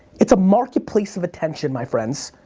it's a marketplace of attention, my friends.